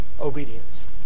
obedience